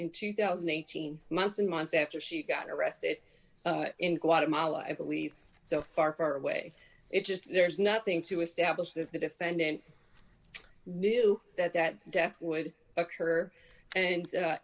in two thousand and eighteen months and months after she got arrested in guatemala i believe so far far away it's just there's nothing to establish that the defendant knew that that death would occur and